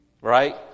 Right